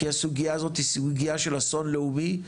כי הסוגייה הזאת היא סוגיה של אסון לאומי,